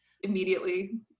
immediately